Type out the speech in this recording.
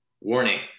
warning